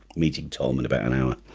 meeting tom in about an hour